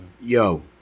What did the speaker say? Yo